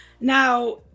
now